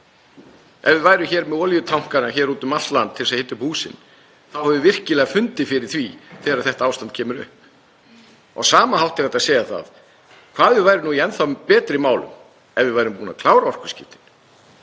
Ef við værum hér með olíutanka úti um allt land til að hita upp húsin þá hefðum virkilega fundið fyrir því þegar þetta ástand kom upp. Á sama hátt er hægt að segja að við værum í enn þá betri málum ef við værum búnir að klára orkuskiptin.